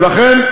ולכן,